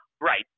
right